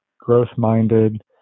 growth-minded